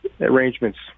arrangements